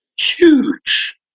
huge